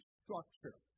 structure